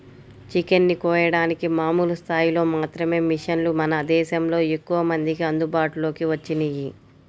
chicken ని కోయడానికి మామూలు స్థాయిలో మాత్రమే మిషన్లు మన దేశంలో ఎక్కువమందికి అందుబాటులోకి వచ్చినియ్యి